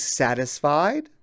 satisfied